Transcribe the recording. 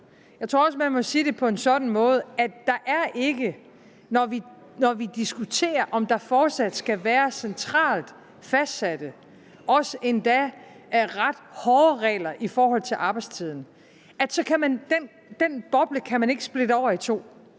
Jeg tror også, man må sige det på en sådan måde, at man ikke, når vi diskuterer, om der fortsat skal være centralt fastsatte og endda ret hårde regler om arbejdstid, kan splitte den boble over i to.